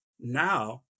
Now